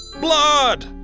Blood